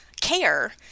care